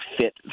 fit